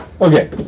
Okay